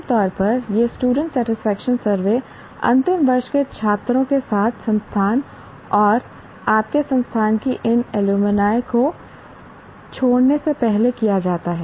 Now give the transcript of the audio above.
आम तौर पर यह स्टूडेंट सेटिस्फेक्शन सर्वे अंतिम वर्ष के छात्रों के साथ संस्थान और आपके संस्थान की इन एलुमिनी को छोड़ने से पहले किया जाता है